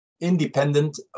Independent